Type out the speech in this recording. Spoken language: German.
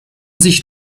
sich